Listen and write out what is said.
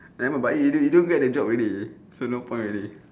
never mind but you did you don't get the job already so no point already